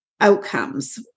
outcomes